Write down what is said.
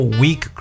weak